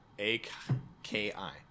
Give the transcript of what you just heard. A-K-I